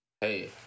Hey